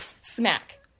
smack